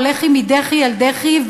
הולך מדחי אל דחי,